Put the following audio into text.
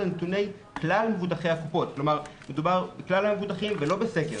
נתוני כלל מבוטחי הקופות כלומר מדובר בכלל המבוטחים ולא בסקר.